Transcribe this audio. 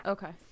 Okay